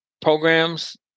programs